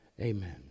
Amen